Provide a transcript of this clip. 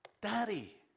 Daddy